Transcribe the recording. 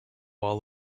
all